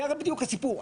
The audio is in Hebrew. זה בדיוק הסיפור.